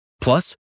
Plus